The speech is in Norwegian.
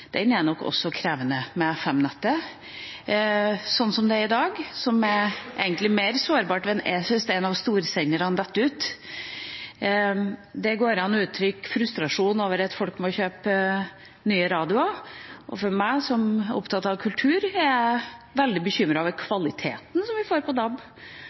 Den er nok også krevende med FM-nettet, slik det er i dag, som egentlig er mer sårbart hvis en av storsenderne detter ut. Det går an å uttrykke frustrasjon over at folk må kjøpe nye radioer. Jeg, som er opptatt av kultur, er veldig bekymret over kvaliteten vi får med DAB,